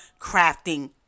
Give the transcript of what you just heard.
crafting